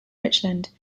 richland